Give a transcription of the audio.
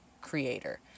creator